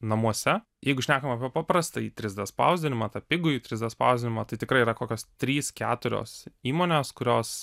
namuose jeigu šnekam apie paprastąjį trys d spausdinimą tą pigųjį trys d spausdinimą tai tikrai yra kokios trys keturios įmonės kurios